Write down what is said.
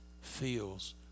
feels